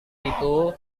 itu